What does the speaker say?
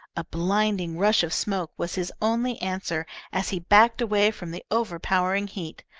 a blinding rush of smoke was his only answer as he backed away from the overpowering heat,